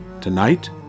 Tonight